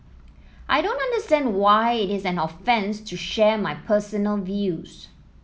I don't understand why it is an offence to share my personal views